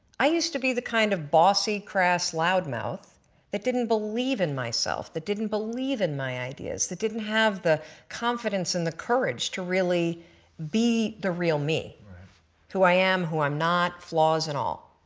i used to be the kind of bossy class loud mouth that didn't believe in myself, that didn't believe in my ideas, that didn't have the confidence and the courage to really be the real me who i am, who i'm not flaws and all.